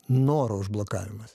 noro užblokavimas